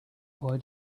boy